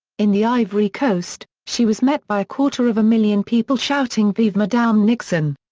in the ivory coast, she was met by a quarter of a million people shouting vive madame nixon!